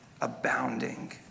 abounding